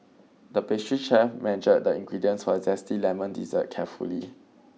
the pastry chef measured the ingredients for a zesty lemon dessert carefully